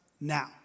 now